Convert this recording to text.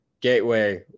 gateway